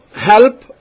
help